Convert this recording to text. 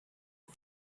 the